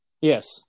yes